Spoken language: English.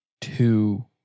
two